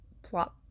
plot